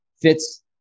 fits